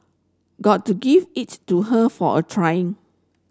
gotta give it to her for a trying